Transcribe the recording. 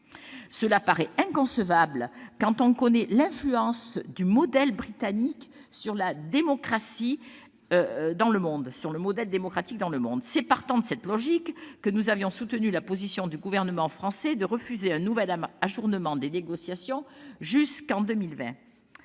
Cela paraît inconcevable quand on connaît l'influence du modèle britannique sur la démocratie dans le monde ! C'est sur la base de cette logique que nous avions soutenu la position du gouvernement français de refuser un nouvel ajournement des négociations jusqu'en 2020.